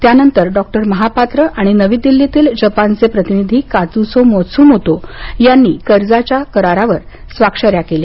यानंतर डॉक्टर महापात्र आणि नवी दिल्लीतील जपानचे प्रतिनिधी कातुसो मात्सुमोतो यांनी कर्जाच्या करारावर स्वाक्षरी केली